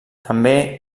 també